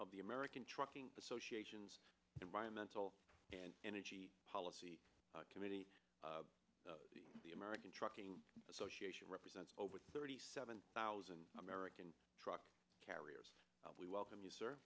of the american trucking association's environmental and energy policy committee of the american trucking association represents over thirty seven thousand american truck carriers we welcome